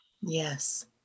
Yes